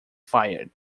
fired